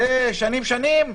זה שנים-שנים.